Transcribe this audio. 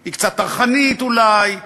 היא קצת טרחנית אולי,